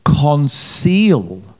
conceal